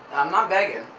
i'm not begging,